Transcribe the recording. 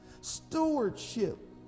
stewardship